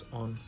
on